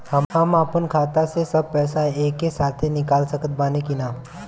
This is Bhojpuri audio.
हम आपन खाता से सब पैसा एके साथे निकाल सकत बानी की ना?